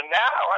now